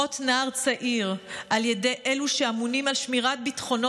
מות נער צעיר על ידי אלו שאמונים על שמירת ביטחונו